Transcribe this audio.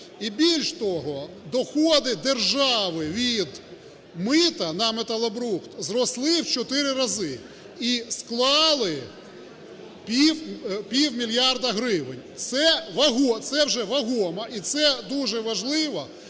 І більш того, доходи держави від мита на металобрухт, зросли в чотири рази і склали півмільярда гривень. Це вже вагомо і це дуже важливо,